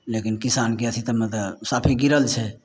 लेकिन किसानके अथी तऽ मे तऽ साफे गिरल छै